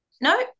no